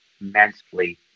immensely